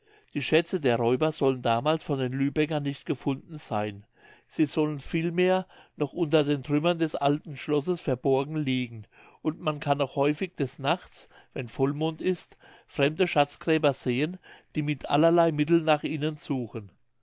die schätze der räuber sollen damals von den lübeckern nicht gefunden seyn sie sollen vielmehr noch unter den trümmern des alten schlosses verborgen liegen und man kann noch häufig des nachts wenn vollmond ist fremde schatzgräber sehen die mit allerlei mitteln nach ihnen suchen